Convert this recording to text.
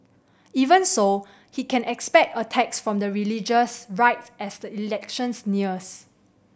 even so he can expect attacks from the religious right as the elections nears